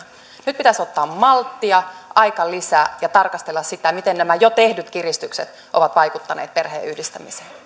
nyt pitäisi ottaa malttia aikalisä ja tarkastella sitä miten nämä jo tehdyt kiristykset ovat vaikuttaneet perheenyhdistämiseen